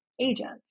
agents